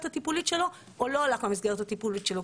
הטיפולית שלו או לא הלך למסגרת הטיפולית שלו,